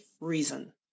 reason